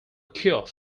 cure